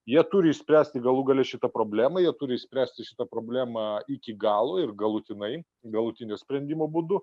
jie turi išspręsti galų gale šitą problemą jie turi išspręsti šitą problemą iki galo ir galutinai galutinio sprendimo būdu